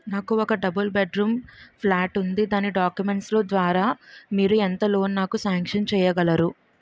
నాకు ఒక double bedroom flat ఉంది దాని డాక్యుమెంట్స్ లు ద్వారా మీరు ఎంత లోన్ నాకు సాంక్షన్ చేయగలరు?